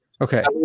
okay